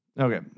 Okay